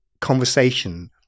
conversation